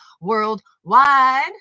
worldwide